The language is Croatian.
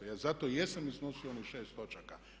Ja zato i jesam iznosio onih 6 točaka.